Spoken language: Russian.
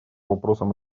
вопросам